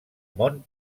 mont